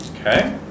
Okay